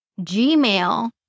Gmail